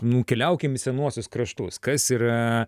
nukeliaukim į senuosius kraštus kas yra